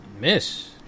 miss